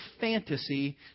fantasy